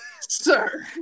sir